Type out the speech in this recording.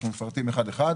אנחנו מפרטים אחד-אחד,